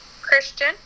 Christian